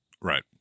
Right